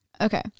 okay